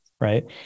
right